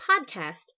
Podcast